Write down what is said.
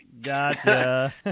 Gotcha